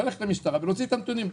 ללכת למשטרה ולהוציא את הנתונים.